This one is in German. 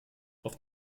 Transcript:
auf